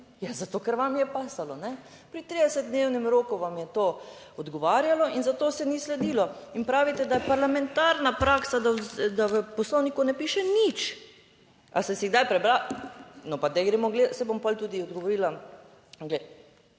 zato, ker vam je pasalo, ne? Pri 30-dnevnem roku vam je to odgovarjalo in zato se ni sledilo. In pravite, da je parlamentarna praksa, da v Poslovniku ne piše nič. A ste si kdaj prebrali? No, pa da gremo gledati, saj bom pol tudi odgovorila